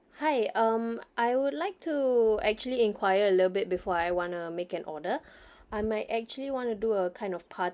hi um I would like to actually enquire a little bit before I want to make an order I might actually want to do a kind of party